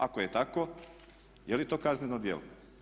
Ako je tako je li to kazneno djelo?